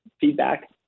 feedback